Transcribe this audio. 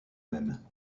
même